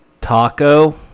Taco